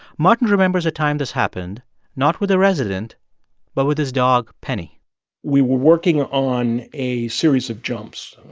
martin remembers a time this happened not with a resident but with his dog, penny we were working ah on a series of jumps.